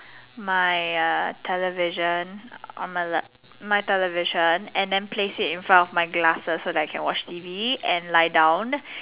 my err television on my life my television so that I can place it in front of my glasses so that I can watch T V and lie down